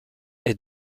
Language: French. est